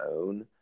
own